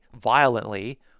violently